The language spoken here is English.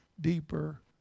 deeper